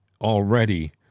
already